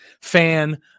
fan